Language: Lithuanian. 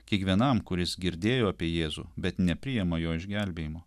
kiekvienam kuris girdėjo apie jėzų bet nepriima jo išgelbėjimo